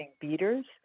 beaters